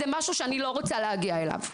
זה משהו שאני לא רוצה להגיע אליו,